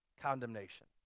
Condemnation